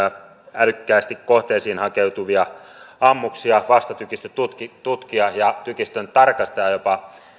älykkäästi kohteisiin hakeutuvia ammuksia vastatykistötutkia ja tykistön tarkastaja jopa